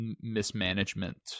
mismanagement